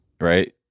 right